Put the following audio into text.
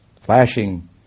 flashing